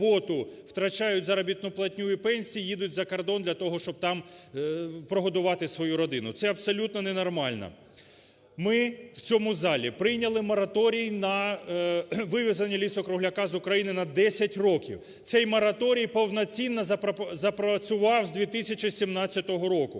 втрачають заробітну платню і пенсії, їдуть за кордон для того, щоб там прогодувати свою родину. Це абсолютно ненормально. Ми в цьому залі прийняли мораторій на вивезення лісу-кругляка з України на 10 років. Цей мораторій повноцінно запрацював з 2017 року.